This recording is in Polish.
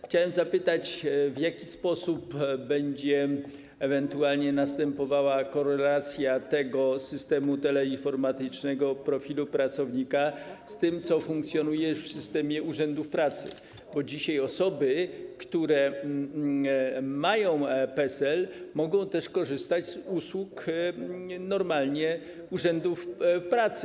Chciałem zapytać, w jaki sposób będzie ewentualnie następowała korelacja tego systemu teleinformatycznego, profilu pracownika z tym, co funkcjonuje w systemie urzędów pracy, bo dzisiaj osoby, które mają PESEL, mogą też normalnie korzystać z usług urzędów pracy.